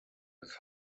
his